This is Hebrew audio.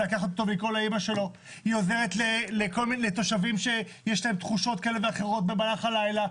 היא עוזרת לתושבים שיש להם תחושות כאלה ואחרות במהלך הלילה.